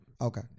Okay